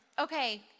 okay